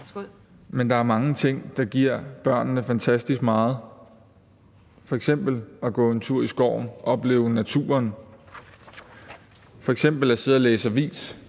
Der er mange ting, der giver børnene fantastisk meget, f.eks. at gå en tur i skoven, opleve naturen, f.eks. sidde og læse avis.